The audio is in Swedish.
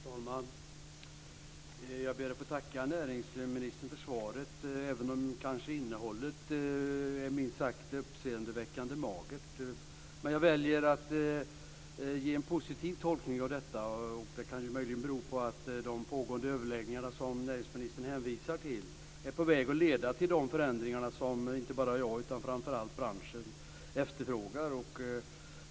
Fru talman! Jag ber att få tacka näringsministern för svaret, även om innehållet är minst sagt uppseendeväckande magert. Men jag väljer att göra en positiv tolkning av detta, att det kan bero på att de pågående överläggningarna, som näringsministern hänvisar till, är på väg att leda till de förändringar som inte bara jag utan framför allt branschen efterfrågar.